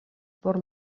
por